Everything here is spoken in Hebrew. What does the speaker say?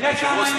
תראה כמה אני חסר.